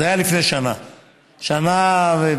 זה היה לפני שנה-שנה וחצי.